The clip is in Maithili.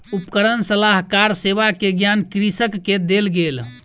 उपकरण सलाहकार सेवा के ज्ञान कृषक के देल गेल